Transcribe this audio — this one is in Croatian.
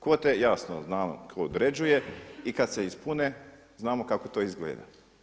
Kvote jasno znamo tko određuje i kad se ispune znamo kako to izgleda.